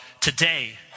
today